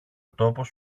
τόπος